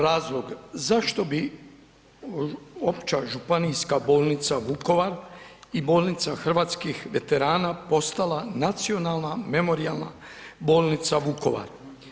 Razlog zašto bi Opća županijska bolnica Vukovar i Bolnica hrvatskih veterana postala Nacionalna memorijalna bolnica Vukovar.